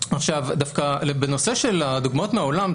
בנושא של הדוגמאות מהעולם,